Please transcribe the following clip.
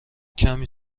کمی